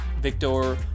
Victor